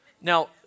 Now